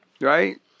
right